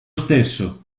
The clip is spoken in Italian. stesso